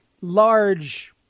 large